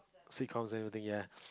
seek counselling everything ya